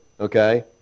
okay